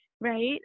right